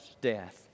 death